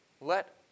Let